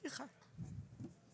סליחה,